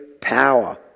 power